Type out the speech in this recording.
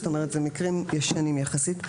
זאת אומרת זה מקרים ישנים יחסית.